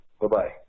Bye-bye